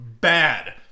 bad